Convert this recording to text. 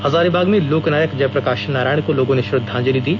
हजारीबाग में लोकनायक जयप्रकाश नारायण को लोगों ने श्रद्धांजलि दी